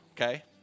okay